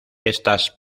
estas